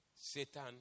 Satan